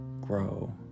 grow